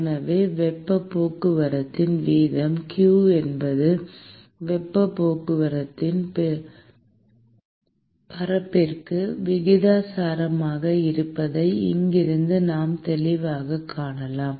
எனவே வெப்பப் போக்குவரத்து வீதம் q என்பது வெப்பப் போக்குவரத்தின் பரப்பிற்கு விகிதாசாரமாக இருப்பதை இங்கிருந்து நாம் தெளிவாகக் காணலாம்